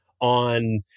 On